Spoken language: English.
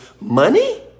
money